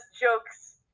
jokes